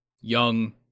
Young